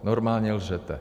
Normálně lžete.